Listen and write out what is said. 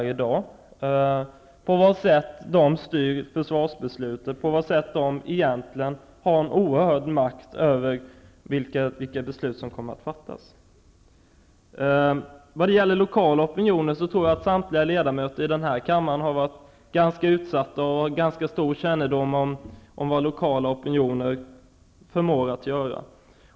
Det har diskuterats på vilket sätt de styr försvarsbeslutet och på vilket sätt de egentligen har en oerhörd makt över vilka beslut som kommer att fattas. När det gäller den lokala opinionen tror jag att samtliga ledamöter i den här kammaren har varit ganska utsatta och har ganska stor kännedom om vad lokala opinioner förmår att göra.